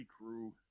Crew